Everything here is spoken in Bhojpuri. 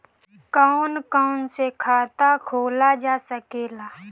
कौन कौन से खाता खोला जा सके ला?